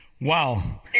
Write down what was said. Wow